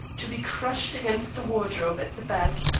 to be crushed against the wardrobe at the back,